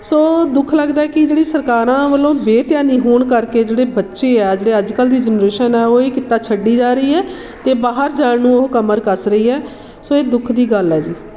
ਸੋ ਦੁੱਖ ਲੱਗਦਾ ਹੈ ਕਿ ਜਿਹੜੀ ਸਰਕਾਰਾਂ ਵੱਲੋਂ ਬੇਧਿਆਨੀ ਹੋਣ ਕਰਕੇ ਜਿਹੜੇ ਬੱਚੇ ਹੈ ਜਿਹੜੇ ਅੱਜ ਕੱਲ੍ਹ ਦੀ ਜਨਰੇਸ਼ਨ ਹੈ ਉਹ ਇਹ ਕਿੱਤਾ ਛੱਡੀ ਜਾ ਰਹੀ ਹੈ ਅਤੇ ਬਾਹਰ ਜਾਣ ਨੂੰ ਉਹ ਕਮਰ ਕੱਸ ਰਹੀ ਹੈ ਸੋ ਇਹ ਦੁੱਖ ਦੀ ਗੱਲ ਹੈ ਜੀ